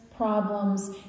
Problems